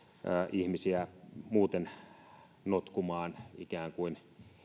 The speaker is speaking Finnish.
ihmisiä muuten notkumaan ikään kuin